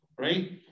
Right